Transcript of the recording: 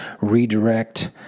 redirect